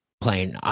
playing